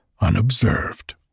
unobserved